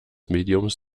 mediums